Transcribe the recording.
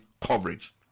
coverage